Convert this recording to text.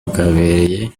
bwabereye